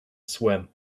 swim